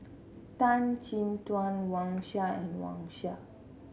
Tan Chin Tuan Wang Sha and Wang Sha